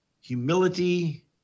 humility